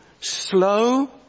Slow